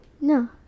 No